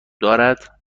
دارد